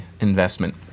investment